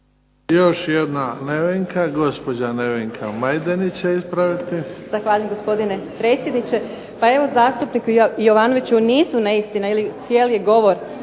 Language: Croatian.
Još jedna Nevenka, gospođa Nevenka Majdenić će ispraviti. **Majdenić, Nevenka (HDZ)** Zahvaljujem gospodine predsjedniče. Pa evo zastupniku Jovanoviću, nisu neistine ili cijeli govor